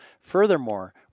Furthermore